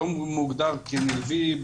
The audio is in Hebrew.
לא מוגדר כמלווים,